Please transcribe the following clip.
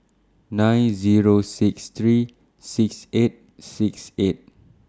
nine Zero six three six eight six eight